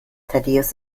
thaddäus